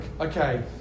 Okay